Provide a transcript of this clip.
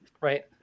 right